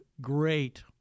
great